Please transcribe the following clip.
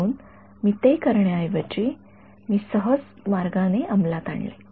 म्हणून मी ते करण्याऐवजी मी सहज मार्गाने अंमलात आणले